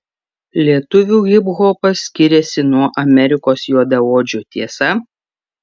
lietuvių hiphopas skiriasi nuo amerikos juodaodžių tiesa